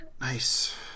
Nice